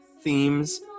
themes